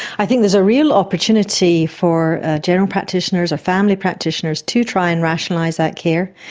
i think there's a real opportunity for general practitioners or family practitioners to try and rationalise that care.